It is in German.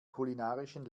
kulinarischen